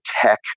tech